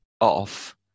off